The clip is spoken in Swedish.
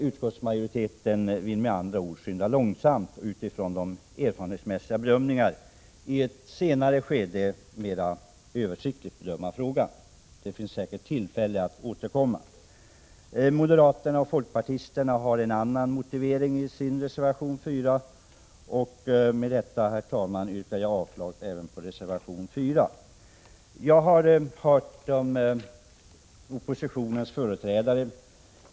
Utskottsmajoriteten vill med andra ord skynda långsamt och utifrån erfarenhetsmässiga bedömningar i ett senare skede mera översiktligt bedöma frågan. Det finns säkert tillfälle att återkomma till detta. Moderaterna och folkpartisterna har en annan motivering i sin reservation nr 4. Herr talman! Jag yrkar avslag på reservation 4. Jag har lyssnat på oppositionens företrädare.